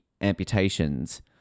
amputations